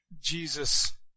Jesus